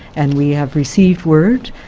and we have received word,